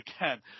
again